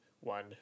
one